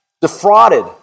defrauded